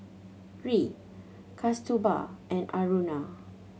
Hri Kasturba and Aruna